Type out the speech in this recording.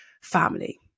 family